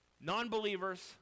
Non-believers